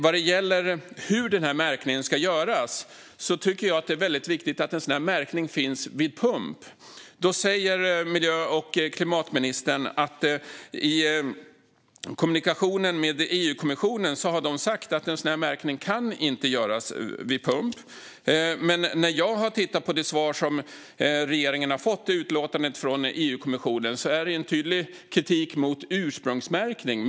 Vad gäller hur märkningen ska göras tycker jag att det är väldigt viktigt att den finns vid pump. Då säger miljö och klimatministern att i kommunikationen med EU-kommissionen har de sagt att en sådan märkning inte kan göras vid pump. Men jag har tittat på det utlåtande som regeringen har fått från EU-kommissionen, och där är det en tydlig kritik mot ursprungsmärkning.